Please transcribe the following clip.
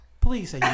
Please